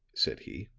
said he,